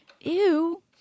Ew